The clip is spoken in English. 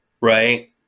right